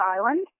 Island